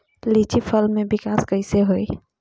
लीची फल में विकास कइसे होई?